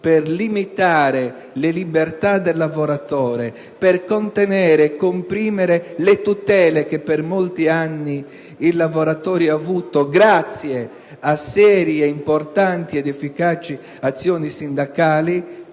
per limitare le libertà del lavoratore, contenere e comprimere le tutele che per molti anni il lavoratore ha avuto grazie a serie, importanti ed efficaci azioni sindacali